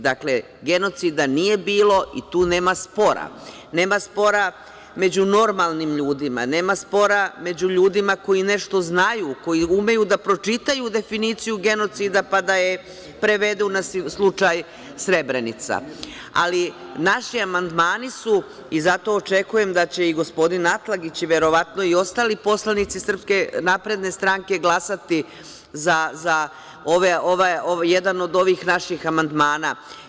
Dakle, genocida nije bilo i tu nema spora, nema spora među normalnim ljudima, nema spora među ljudima koji nešto znaju, koji umeju da pročitaju definiciju genocida, pa da je prevedu na slučaj Srebrenica, ali naši amandmani su i zato očekujem da će gospodin Atlagić verovatno i ostali poslanici SNS glasati za jedan od ovih naših amandmana.